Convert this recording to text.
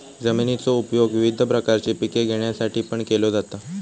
जमिनीचो उपयोग विविध प्रकारची पिके घेण्यासाठीपण केलो जाता